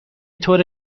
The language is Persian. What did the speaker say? طور